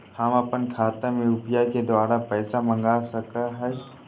हम अपन खाता में यू.पी.आई के द्वारा पैसा मांग सकई हई?